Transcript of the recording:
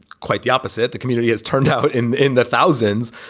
quite the opposite. the community has turned out in in the thousands.